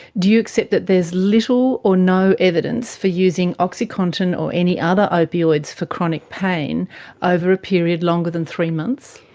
do you accept that there's little or no evidence for using oxycontin or any other opioids for chronic pain ah over a period longer than three months?